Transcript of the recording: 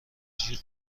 جیغ